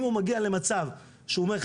אם הוא מגיע למצב שהוא אומר,